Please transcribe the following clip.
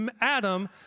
Adam